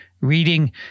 reading